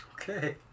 Okay